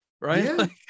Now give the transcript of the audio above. Right